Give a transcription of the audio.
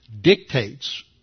dictates